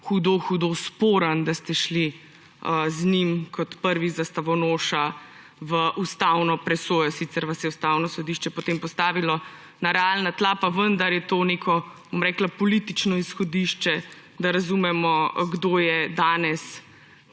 hudo hudo sporen, da ste šli z njim kot prvi zastavonoša, v ustavno presojo – sicer vas je Ustavno sodišče potem postavilo na realna tla –, pa vendar je to neko politično izhodišče, da razumemo, kdo je danes